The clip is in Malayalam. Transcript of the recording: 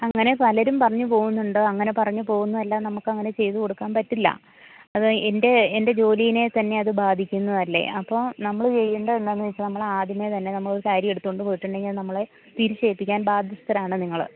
അങ്ങനെ പലരും പറഞ്ഞു പോകുന്നുണ്ട് അങ്ങനെ പറഞ്ഞു പോകുന്നതല്ല നമുക്ക് അങ്ങനെ ചെയ്തു കൊടുക്കാൻ പറ്റില്ല അത് എൻ്റെ എൻ്റെ ജോലിനെ തന്നെ അത് ബാധിക്കുന്നതല്ലേ അപ്പം നമ്മൾ ചെയ്യേണ്ടതെന്താണെന്ന് വച്ചാൽ നമ്മൾ ആദ്യമെ തന്നെ നമ്മൾ ഒരു കാര്യമെടുത്ത് കൊണ്ട് പോയിട്ടുണ്ടെങ്കിൽ അത് നമ്മൾ തിരിച്ചേൽപ്പിക്കാൻ ബാധ്യസ്ഥരാണ് നിങ്ങൾ